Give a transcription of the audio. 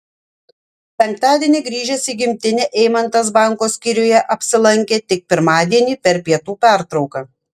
penktadienį grįžęs į gimtinę eimantas banko skyriuje apsilankė tik pirmadienį per pietų pertrauką